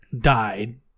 died